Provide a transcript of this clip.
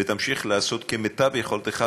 ותמשיך לעשות כמיטב יכולתך,